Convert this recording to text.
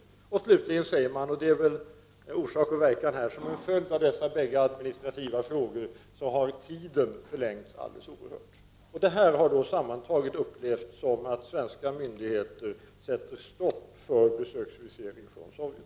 Man säger slutligen — det är väl fråga om orsak och verkan här— att som en följd av dessa bägge administrativa frågor har handläggningstiden förlängts alldeles oerhört. Detta har sammantaget upplevts som om svenska myndigheter sätter stopp för besöksvisering från Sovjet.